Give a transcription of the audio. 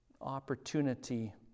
opportunity